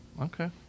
Okay